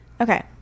okay